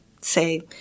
say